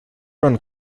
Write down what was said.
run